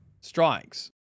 strikes